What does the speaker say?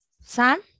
Sam